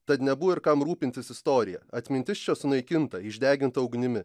tad nebuvo ir kam rūpintis istorija atmintis čia sunaikinta išdeginta ugnimi